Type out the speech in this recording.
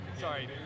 sorry